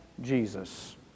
Jesus